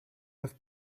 have